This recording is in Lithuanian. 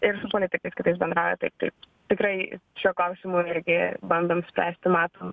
ir su politikais kitais bendrauja taip taip tikrai šiuo klausimu irgi bandom spręsti matom